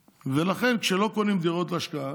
ולכן, כשלא קונים דירות להשקעה,